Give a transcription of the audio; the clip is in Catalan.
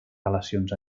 relacions